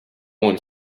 and